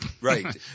right